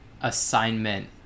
assignment